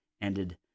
Ended